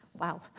Wow